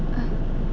err